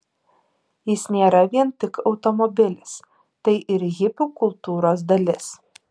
jis nėra vien tik automobilis tai ir hipių kultūros dalis